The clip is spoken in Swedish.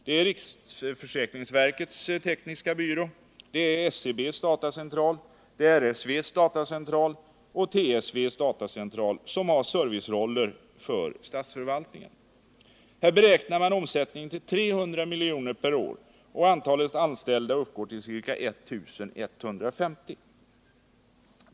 Det är riksförsäkringsverkets tekniska byrå, SCB:s datacentral, RSV:s datacentral och TSV:s datacentral, som har serviceroller för statsförvaltningen. Här beräknar man omsättningen till 300 milj.kr. per år, och antalet anställda uppgår till ca 1150.